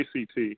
ACT